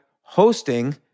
hosting